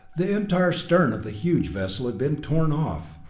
the entire stern of the huge vessel had been torn off,